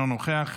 אינו נוכח.